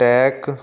tech